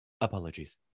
Apologies